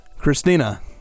Christina